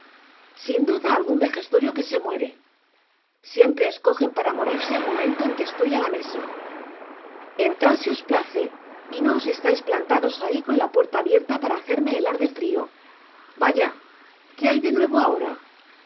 sin duda algun vejestorio que se muere siempre encojen para morirse el momento en que estoy á la mesa entrad si os place y no os estais plantados ahi con la puerta abierta para hacerme helar de frio vaya qué hay de nuevo ahora